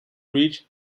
reach